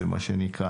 שונה.